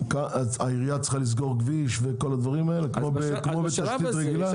העירייה צריכה לסגור כביש וכל הדברים האלה כמו בתשתית רגילה?